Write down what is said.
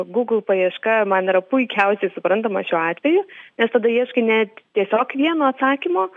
google paieška man yra puikiausiai suprantama šiuo atveju nes tada ieškai net tiesiog vieno atsakymo